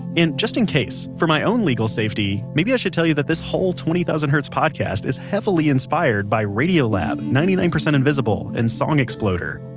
and just in case, for my own legal safety, maybe i should tell you that this whole twenty thousand hertz podcast is heavily inspired by radiolab, ninety nine percent invisible, and song exploder.